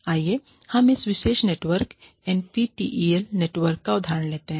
आइए हम इस विशेष नेटवर्क एनपीटीईएल नेटवर्क का उदाहरण लेते हैं